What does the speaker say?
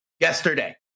yesterday